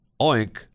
oink